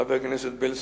חבר הכנסת בילסקי,